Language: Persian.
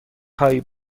هایی